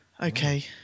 Okay